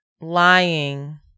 lying